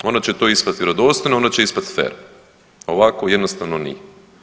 Onda će to ispasti vjerodostojno, onda će ispast fer, ovako jednostavno nije.